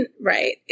right